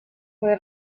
fue